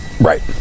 right